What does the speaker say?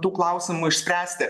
tų klausimų išspręsti